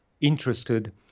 interested